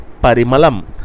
parimalam